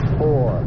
four